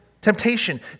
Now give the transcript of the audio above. temptation